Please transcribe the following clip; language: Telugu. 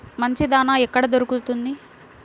మంచి దాణా ఎక్కడ దొరుకుతుంది?